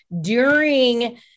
during-